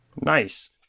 Nice